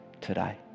today